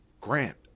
Grant